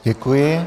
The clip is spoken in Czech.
Děkuji.